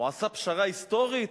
הוא עשה פשרה היסטורית,